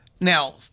now